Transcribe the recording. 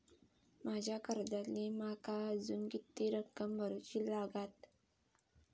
माझ्या कर्जातली माका अजून किती रक्कम भरुची लागात?